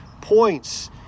points